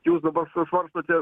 jūs dabar svarstote